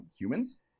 humans